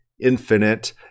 infinite